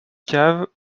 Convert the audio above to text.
cave